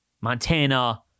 Montana